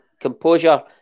composure